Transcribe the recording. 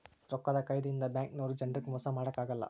ರೊಕ್ಕದ್ ಕಾಯಿದೆ ಇಂದ ಬ್ಯಾಂಕ್ ನವ್ರು ಜನಕ್ ಮೊಸ ಮಾಡಕ ಅಗಲ್ಲ